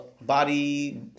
body